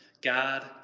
God